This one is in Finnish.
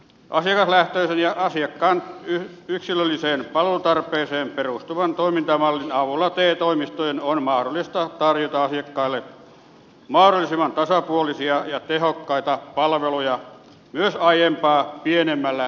asiakaslähtöisen ja asiakkaan yksilölliseen palvelutarpeeseen perustuvan toimintamallin avulla te toimistojen on mahdollista tarjota asiakkaille mahdollisimman tasapuolisia ja tehokkaita palveluja myös aiempaa pienemmällä henkilömäärällä